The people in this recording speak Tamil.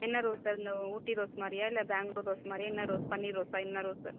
என்ன ரோஸ் சார் இந்த ஊட்டி ரோஸ் மாதிரியா இல்லை பெங்ளூர் ரோஸ் மாதிரியா என்ன ரோஸ் பன்னீர் ரோஸா என்ன ரோஸ் சார்